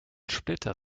splitter